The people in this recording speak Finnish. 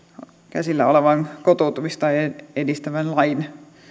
käsillä olevan kotoutumista edistävän lain